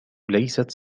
ليست